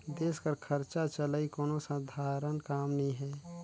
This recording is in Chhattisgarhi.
देस कर खरचा चलई कोनो सधारन काम नी हे